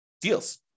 deals